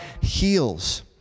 heals